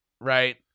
Right